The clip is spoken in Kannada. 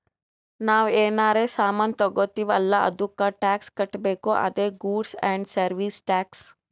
ನಾವ್ ಏನರೇ ಸಾಮಾನ್ ತಗೊತ್ತಿವ್ ಅಲ್ಲ ಅದ್ದುಕ್ ಟ್ಯಾಕ್ಸ್ ಕಟ್ಬೇಕ್ ಅದೇ ಗೂಡ್ಸ್ ಆ್ಯಂಡ್ ಸರ್ವೀಸ್ ಟ್ಯಾಕ್ಸ್